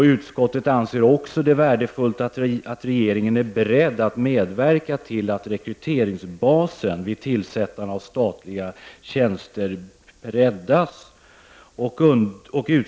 Utskottet anser det också värdefullt att regeringen är beredd att medverka till att rekryteringsbasen vid tillsättande av statliga tjänster breddas.